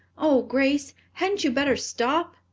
oh, grace, hadn't you better stop?